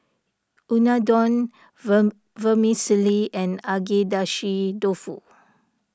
Unadon Vermicelli and Agedashi Dofu